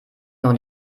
noch